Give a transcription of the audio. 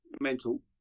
mental